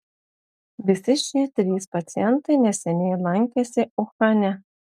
visi šie trys pacientai neseniai lankėsi uhane